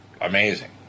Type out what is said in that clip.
amazing